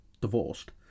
divorced